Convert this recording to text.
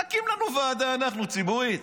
נקים לנו ועדה ציבורית.